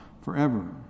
forever